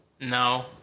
No